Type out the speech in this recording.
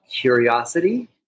curiosity